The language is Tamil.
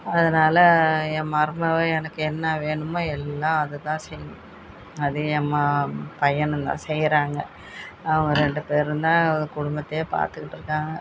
அதனால என் மருமக எனக்கு என்ன வேணுமோ எல்லாம் அதுதான் செய்யும் அது என் ம பையனும்தான் செய்கிறாங்க அவங்க ரெண்டு பேரும்தான் குடும்பத்தையே பார்த்துக்கிட்டு இருக்காங்க